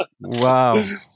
Wow